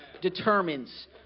determines